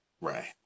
Right